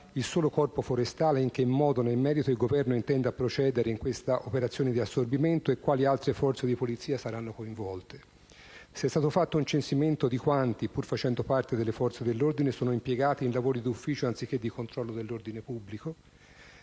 il solo Corpo forestale e in che modo, nel merito, il Governo intenda procedere in questa operazione di assorbimento, e quali altre forze di polizia saranno coinvolte. Chiediamo se se sia stato fatto un censimento di quanti, pur facendo parte delle forze dell'ordine, sono impiegati in lavori d'ufficio anziché di controllo dell'ordine pubblico